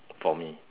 for me